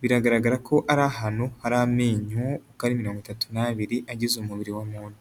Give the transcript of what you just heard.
biragaragara ko ari ahantu hari amenyo uko ari mirongo itatu n'abiri agize umubiri w'umuntu.